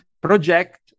project